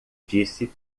disse